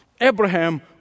Abraham